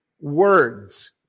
words